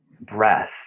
breath